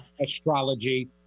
astrology